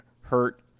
hurt